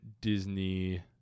Disney